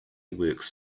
works